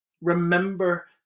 remember